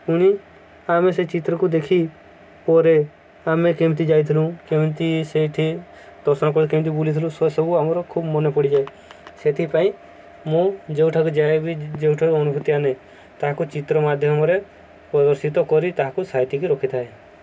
ପୁଣି ଆମେ ସେ ଚିତ୍ରକୁ ଦେଖି ପରେ ଆମେ କେମିତି ଯାଇଥିଲୁ କେମିତି ସେଇଠି ଦର୍ଶନ କରି କେମିତି ବୁଲିଥିଲୁ ସେସବୁ ଆମର ଖୁବ ମନେ ପଡ଼ିଯାଏ ସେଥିପାଇଁ ମୁଁ ଯେୋଉଠାକୁ ଯାଏବି ଯୋଉଠାରୁ ଅନୁଭୂତି ଆଣେ ତାହାକୁ ଚିତ୍ର ମାଧ୍ୟମରେ ପ୍ରଦର୍ଶିତ କରି ତାହାକୁ ସାଇତିକି ରଖିଥାଏ